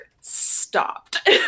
stopped